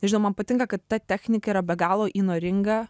nežinau man patinka kad ta technika yra be galo įnoringa